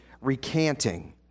recanting